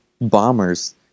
bombers